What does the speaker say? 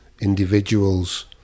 individuals